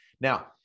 Now